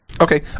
Okay